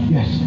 Yes